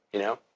you know?